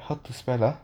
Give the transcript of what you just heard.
how to spell ah